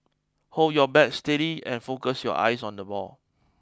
hold your bat steady and focus your eyes on the ball